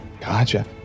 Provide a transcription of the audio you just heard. Gotcha